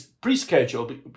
pre-scheduled